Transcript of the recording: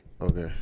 Okay